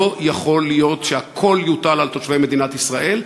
לא יכול להיות שהכול יוטל על תושבי מדינת ישראל,